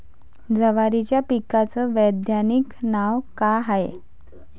जवारीच्या पिकाचं वैधानिक नाव का हाये?